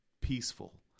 peaceful